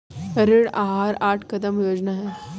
ऋण आहार आठ कदम योजना है